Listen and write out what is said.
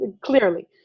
Clearly